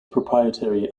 proprietary